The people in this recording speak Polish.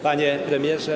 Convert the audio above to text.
Panie Premierze!